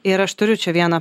ir aš turiu čia vieną